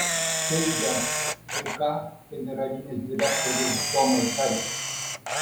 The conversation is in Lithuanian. teigia eika generalinis direktorius domas dargis